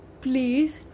please